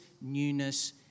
newness